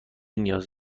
نیاز